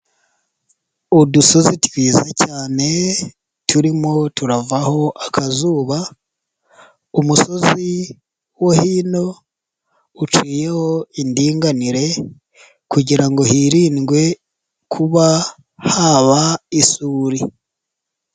Udusozi twiza cyane turimo turavaho akazuba, umusozi wo hino uciyeho indinganire kugira ngo hirindwe kuba haba isuri.